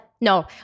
No